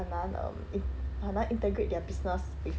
很难 um in~ 很难 integrate their business with